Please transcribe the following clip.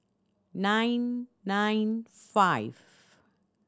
nine nine five